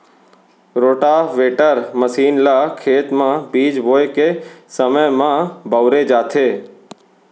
rotavator machine ल खेत म बीज बोए के समे म बउरे जाथे